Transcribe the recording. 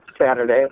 Saturday